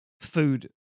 food